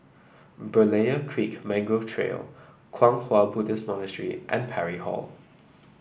Berlayer Creek Mangrove Trail Kwang Hua Buddhist Monastery and Parry Hall